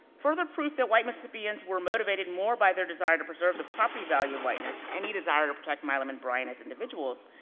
further proof that white mississippians were motivated more by their desire to preserve the property value of whiteness, and any desire to protect milam and bryant as individuals,